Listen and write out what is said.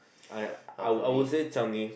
I I will I will say Changi